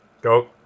go